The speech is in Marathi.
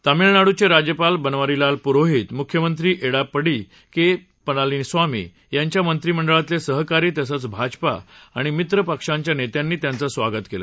तामिळनाडूचे राज्यपाल बनवारीलाल पुरोहित मुख्यमंत्री एडाप्पडी के पलानीस्वामी त्यांच्या मंत्रिमंडळातले सहकारी तसंच भाजपा आणि मित्रपक्षांच्या नेत्यांनी त्यांचं स्वागत केलं